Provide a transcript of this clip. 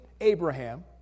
Abraham